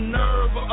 nerve